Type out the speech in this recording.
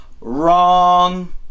Wrong